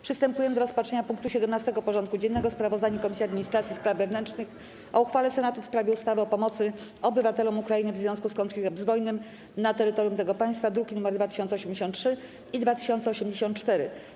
Przystępujemy do rozpatrzenia punktu 17. porządku dziennego: Sprawozdanie Komisji Administracji i Spraw Wewnętrznych o uchwale Senatu w sprawie ustawy o pomocy obywatelom Ukrainy w związku z konfliktem zbrojnym na terytorium tego państwa (druki nr 2083 i 2084)